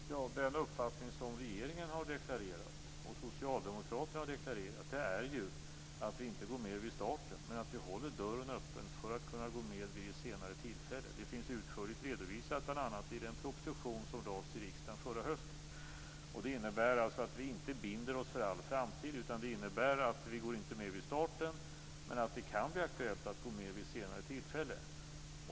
Fru talman! Den uppfattning som regeringen och Socialdemokraterna har deklarerat är ju att vi inte går med vid starten, men att vi håller dörren öppen för att kunna gå med vid senare tillfälle. Det finns utförligt redovisat bl.a. i den proposition som lades fram för riksdagen förra hösten. Det innebär alltså att vi inte binder oss för all framtid. Vi går inte med vid starten, men det kan bli aktuellt att gå med vid senare tillfälle.